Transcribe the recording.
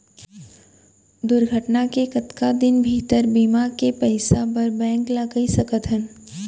दुर्घटना के कतका दिन भीतर बीमा के पइसा बर बैंक ल कई सकथन?